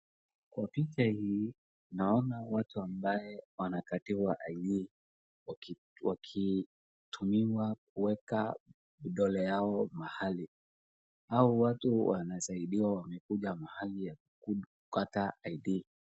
Kwa picha hii naona watu ambao wanakatiwa ID wakitumiwa kuweka vidole yao mahali. Hawa watu wanasaidiwa wamekuja mahali ya kukata ID .